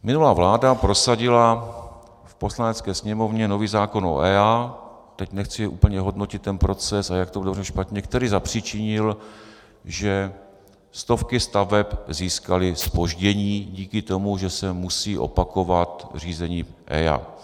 Minulá vláda prosadila v Poslanecké sněmovně nový zákon o EIA teď nechci úplně hodnotit ten proces, a jak to bylo špatně , který zapříčinil, že stovky staveb získaly zpoždění díku tomu, že se musí opakovat řízení EIA.